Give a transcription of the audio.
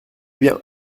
bien